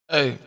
Hey